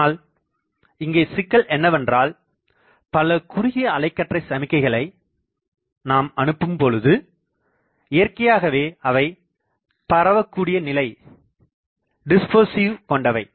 ஆனால் இங்கே சிக்கல் என்னவென்றால் பல குறுகிய அலைக்கற்றை சமிக்கைகளை நாம் அனுப்பும் பொழுது இயற்கையாகவே அவை பரவக்கூடியநிலை கொண்டவை